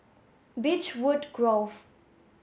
Beechwood Grove